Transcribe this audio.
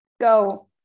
go